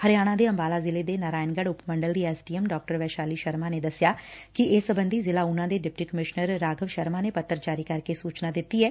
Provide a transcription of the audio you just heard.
ਹਰਿਆਣਾ ਦੇ ਅੰਬਾਲਾ ਜ਼ਿਲ੍ਹੇ ਦੇ ਨਾਰਾਇਣਗੜੁ ਉਪ ਮੰਡਲ ਦੀ ਐਸ ਡੀ ਐਮ ਡਾ ਵੈਸ਼ਾਲੀ ਸ਼ਰਮਾ ਨੇ ਦਸਿਆ ਕਿ ਇਸ ਸਬੈਧੀ ਜ਼ਿਲੁਾ ਊਨਾ ਦੇ ਡਿਪਟੀ ਕਮਿਸ਼ਨਰ ਰਾਘਵ ਸ਼ਰਮਾ ਨੇ ਪੱਤਰ ਜਾਰੀ ਸੂਚਨਾ ਦਿੱਤੀ ਐ